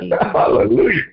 Hallelujah